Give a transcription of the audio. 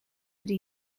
ydy